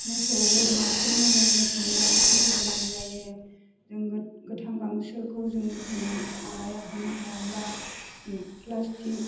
मोसौ बोरमाफोरनो जों गोथां गांसोनि गोनां जायो जों गोथां गांसोखौ जोङो होनो माबाया होनो हायाब्ला प्लास्टिक